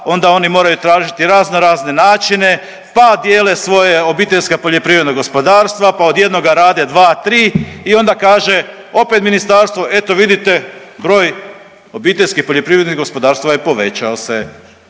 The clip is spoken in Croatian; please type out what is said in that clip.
onda oni moraju tražiti razno razne načine, pa dijele svoja obiteljska poljoprivredna gospodarstva, pa od jednoga rade dva, tri i onda kaže opet ministarstvo eto vidite broj obiteljskih poljoprivrednih gospodarstava je povećao se,